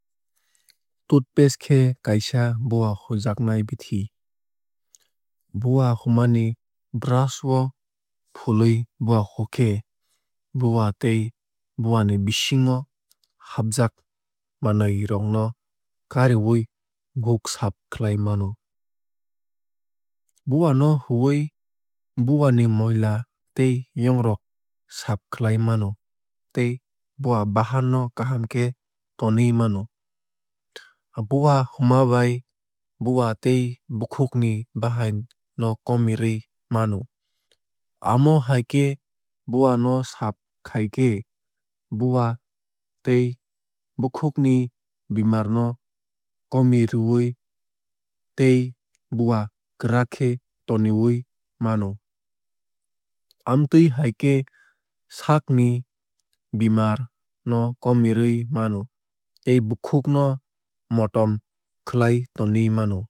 Toothpaste khe kaisa bowa hujaknai bithi. Bowa huma ni brush o fului bowa hokhe bowa tei bowani bisingo hafjak manwui rok no kariwui bukhuk saaf khlai mano. Bowa no huwui bowa ni moila tei yong rok saaf khlai mano tei bowa bahan no kaham khe tonui mano. Bowa huma bai bowa tei bukhuk ni bahai no komirwui mano. Amo hai khe bowa no saaf khaikhe bowa tei bukhuk ni bemar no komi rwui tei bowa kwrak khe tonwui mano. Amtwui hai khe saak ni bemar no komirwui mano tei bukhuk no motom khai tonui mano.